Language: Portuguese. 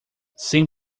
sem